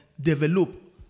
develop